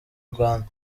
rwanda